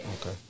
Okay